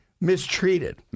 mistreated